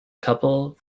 couple